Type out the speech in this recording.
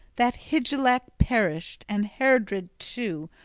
that hygelac perished, and heardred, too,